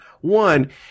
One